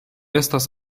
estas